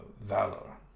Valor